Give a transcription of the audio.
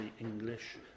English